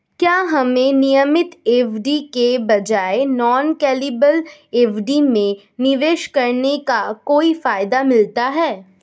क्या हमें नियमित एफ.डी के बजाय नॉन कॉलेबल एफ.डी में निवेश करने का कोई फायदा मिलता है?